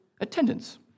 attendance